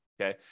Okay